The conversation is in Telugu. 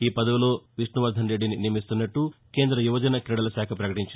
ఈ పదవిలో విష్ణువర్దన్ రెడ్డిని నియమిస్తున్నట్లు కేంద్ర యువజన క్రీడల శాఖ ప్రకటించింది